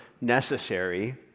necessary